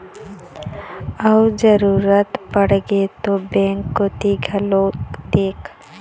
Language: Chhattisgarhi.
अउ जरुरत पड़गे ता बेंक कोती घलोक देख